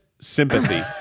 sympathy